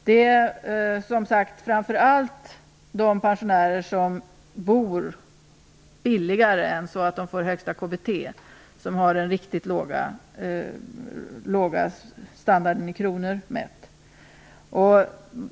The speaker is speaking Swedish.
Det är alltså framför allt de pensionärer som bor billigare än att de får högsta KBT som har den riktigt låga standarden i kronor mätt.